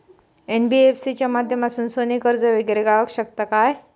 NBFC च्या माध्यमातून सोने कर्ज वगैरे गावात शकता काय?